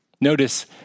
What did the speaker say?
Notice